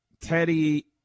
Teddy